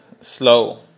slow